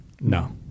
No